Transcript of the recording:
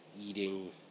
Eating